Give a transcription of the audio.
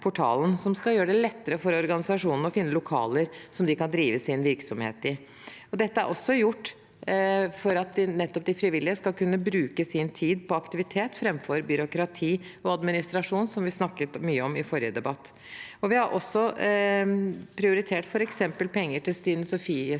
som skal gjøre det lettere for organisasjonene å finne lokaler de kan drive sin virksomhet i. Dette er også gjort for at de frivillige skal kunne bruke sin tid på aktivitet framfor byråkrati og administrasjon, som vi snakket mye om i forrige debatt. Vi har også prioritert penger til f.eks. Stine Sofies